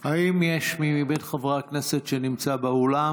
האם יש מי מחברי הכנסת שנמצא באולם